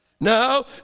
No